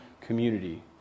community